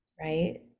right